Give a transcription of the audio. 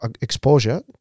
exposure